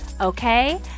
Okay